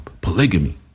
polygamy